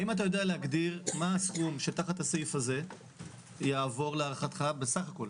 האם אתה יודע להגדיר מה הסכום שתחת הסעיף הזה יעבור להערכתך בסך הכול,